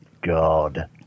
god